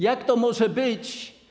Jak to może być?